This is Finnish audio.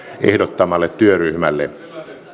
ehdottamalle työryhmälle